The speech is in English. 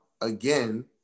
again